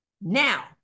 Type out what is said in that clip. Now